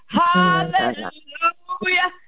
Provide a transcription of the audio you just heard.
hallelujah